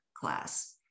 class